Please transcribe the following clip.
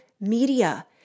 media